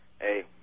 Hey